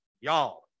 Y'all